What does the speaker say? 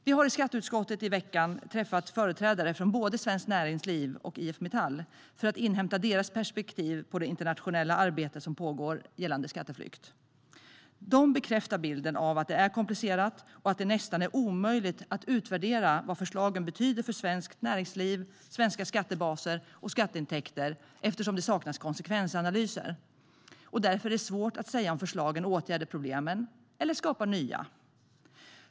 Vi har i skatteutskottet i veckan träffat företrädare från både Svenskt Näringsliv och IF Metall för att inhämta deras perspektiv på det internationella arbete som pågår gällande skatteflykt. De bekräftar bilden av att det är komplicerat och att det är nästan omöjligt att utvärdera vad förslagen betyder för svenskt näringsliv, svenska skattebaser och skatteintäkter eftersom det saknas konsekvensanalyser. Därför är det svårt att säga om förslagen åtgärdar problemen eller skapar nya.